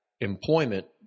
employment